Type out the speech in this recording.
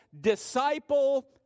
disciple